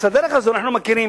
אז את הדרך הזאת אנחנו מכירים.